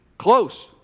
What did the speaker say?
Close